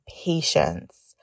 patience